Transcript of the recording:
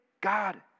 God